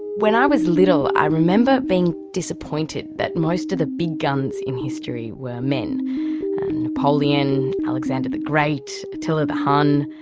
when i was little i remember being disappointed that most of the big guns in history were men napoleon, alexander the great, attila the hun.